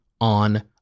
on